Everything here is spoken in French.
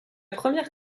première